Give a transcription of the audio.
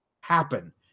happen